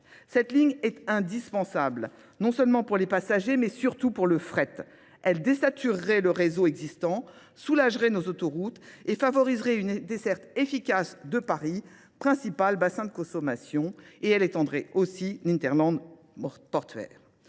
Cette ligne est indispensable, non seulement pour les passagers, mais surtout pour le fret. Elle désaturerait le réseau existant, soulagerait nos autoroutes et favoriserait une dessert efficace de Paris, principal bassin de consommation, et elle étendrait aussi l'interland port-fer.